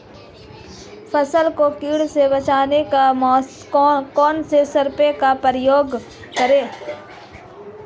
फसल को कीट से बचाव के कौनसे स्प्रे का प्रयोग करें?